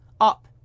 up